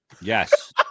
Yes